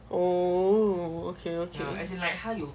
oh okay okay